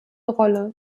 rolle